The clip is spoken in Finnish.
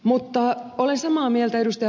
mutta olen samaa mieltä ed